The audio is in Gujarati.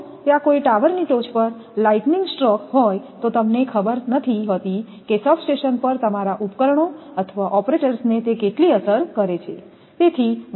જો ત્યાં કોઈ ટાવરની ટોચ પર લાઈટનિંગ સ્ટ્રોક હોય તો તમને ખબર નથી હોતી કે સબસ્ટેશન પર તમારા ઉપકરણો અથવા ઓપરેટર્સને તે કેટલી અસર કરે છે